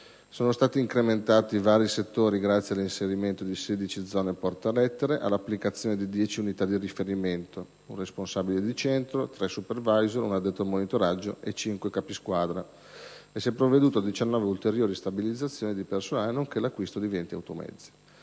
Sono stati incrementati vari settori grazie all'inserimento di 16 zone portalettere, all'applicazione di dieci unità di riferimento (un responsabile di Centro, tre *supervisors*, un addetto al monitoraggio e cinque capisquadra portalettere) e si è provveduto a 19 ulteriori stabilizzazioni di personale, nonché all'acquisto di 20 automezzi.